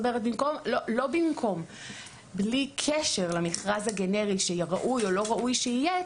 בלי קשר למכרז הגנרי שראוי או לא ראוי שיהיה,